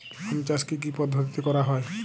আম চাষ কি কি পদ্ধতিতে করা হয়?